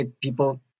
people